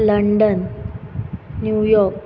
London New York